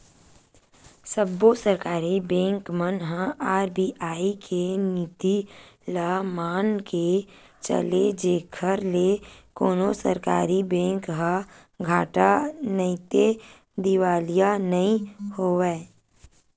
सब्बो सरकारी बेंक मन ह आर.बी.आई के नीति ल मनाके चले जेखर ले कोनो सरकारी बेंक ह घाटा नइते दिवालिया नइ होवय